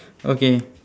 okay